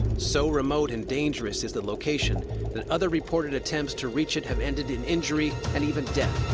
so remote and dangerous is the location that other reported attempts to reach it have ended in injury and even death.